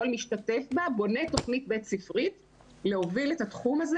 כל משתתף בה בונה תוכנית בית-ספרית להוביל את התחום הזה